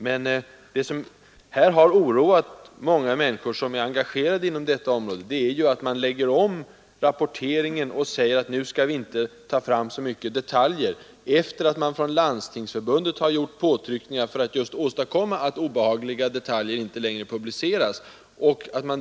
Men det som har oroat många människor som är engagerade inom detta område är att rapporteringen läggs om och att det heter: Nu skall vi inte ta fram så mycket detaljer — efter det att Landstingsförbundet har gjort påtryckningar för att just åstadkomma att obehagliga detaljer inte längre publiceras.